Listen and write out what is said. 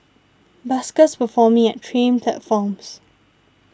buskers performing at train platforms